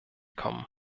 kommen